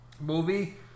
movie